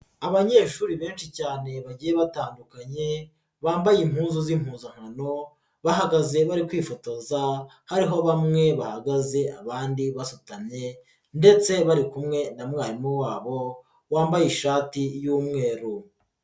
Abanyeshuri benshi cyane bagiye batandukanye, bambaye impundu z'impuzankano, bahagaze bari kwifotoza, harimo bamwe bahagaze abandi basutsmye ndetse bari kumwe na mwarimu wabo wambaye ishati y'umweru.